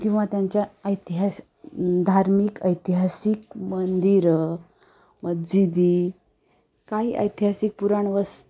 किंवा त्यांच्या ऐतिहास धार्मिक ऐतिहासिक मंदिरं मज्जिदी काही ऐतिहासिक पुराण वस